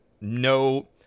No